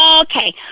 Okay